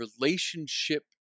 relationship